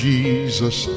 Jesus